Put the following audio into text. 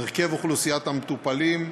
הרכב אוכלוסיית המטופלים,